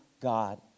God